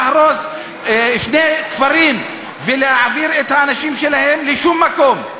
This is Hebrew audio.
להרוס שני כפרים ולהעביר את האנשים שלהם לשום מקום,